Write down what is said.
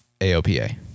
AOPA